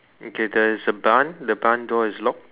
okay there is a barn the barn door is locked